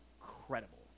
incredible